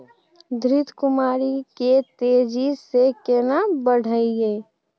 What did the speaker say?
घृत कुमारी के तेजी से केना बढईये?